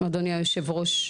אדוני היושב ראש,